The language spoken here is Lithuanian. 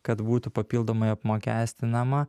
kad būtų papildomai apmokestinama